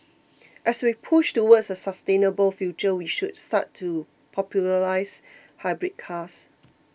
as we push towards a sustainable future we should start to popularise hybrid cars